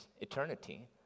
eternity